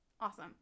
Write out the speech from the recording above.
Awesome